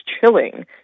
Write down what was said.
chilling